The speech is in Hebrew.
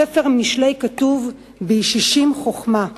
כתוב: "בישישים חכמה".